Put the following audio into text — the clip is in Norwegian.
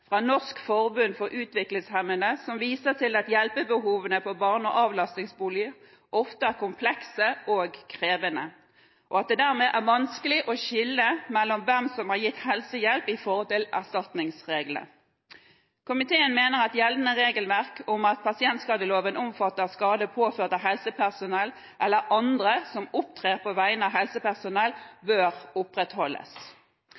fra Norsk Forbund for Utviklingshemmede, som viser til at hjelpebehovene på barne- og avlastningsbolig ofte er komplekse og krevende, og at det dermed er vanskelig å skille mellom hvem som har gitt helsehjelp med hensyn til erstatningsreglene. Komiteen mener at gjeldende regelverk om at pasientskadeloven omfatter skade påført av helsepersonell eller andre som opptrer på vegne av